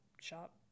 shop